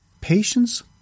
Patience